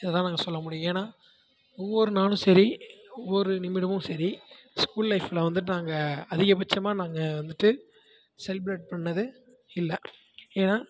இதுதான் நாங்கள் சொல்ல முடியும் ஏன்னால் ஒவ்வொரு நாளும் சரி ஒவ்வொரு நிமிடமும் சரி ஸ்கூல் லைஃபில் வந்துட்டு நாங்கள் அதிகபட்சமாக நாங்கள் வந்துட்டு செலிப்ரேட் பண்ணதே இல்லை ஏன்னால்